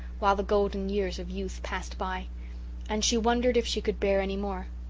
while the golden years of youth passed by and she wondered if she could bear any more.